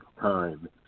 time